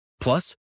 Plus